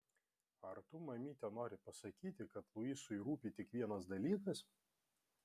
ar tu mamyte nori pasakyti kad luisui rūpi tik vienas dalykas